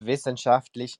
wissenschaftlich